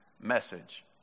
message